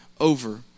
over